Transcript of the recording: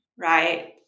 right